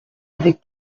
avec